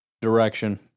direction